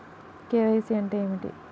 KYC అంటే ఏమిటి?